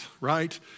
right